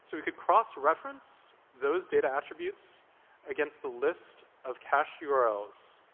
so we could cross-reference those data attributes against the list of cached yeah urls,